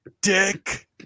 dick